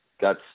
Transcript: got